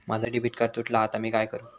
माझा debit card तुटला हा आता मी काय करू?